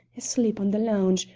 asleep on the lounge,